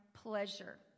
pleasure